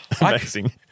Amazing